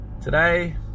Today